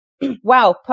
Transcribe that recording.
wow